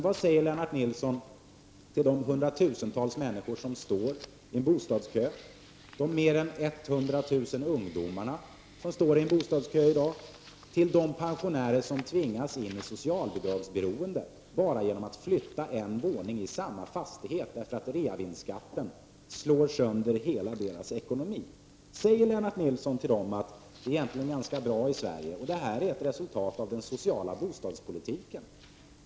Vad säger då Lennart Nilsson till de hundratusentals människor som står i en bostadskö, till de mer än 100 000 ungdomar som står i bostadskö och till de pensionärer som tvingas in i socialbidragsberoende bara genom att flytta en våning i samma fastighet, därför att reavinstskatten slår sönder hela deras ekonomi? Säger Lennart Nilsson till dem att det egentligen är ganska bra i Sverige och att detta är en följd av den sociala bostadspolitiken?